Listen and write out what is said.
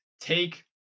take